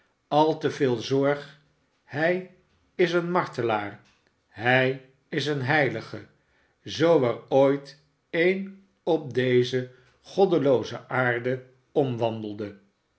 al te veel zorg hij is een martelaar hij is een heilige zoo er ooit een op deze goddelooze aarde omwandelde